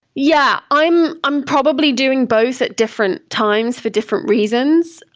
yeah, i'm i'm probably doing both at different times for different reasons.